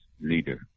leader